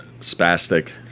spastic